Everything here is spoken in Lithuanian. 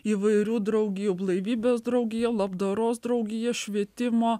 įvairių draugijų blaivybės draugija labdaros draugija švietimo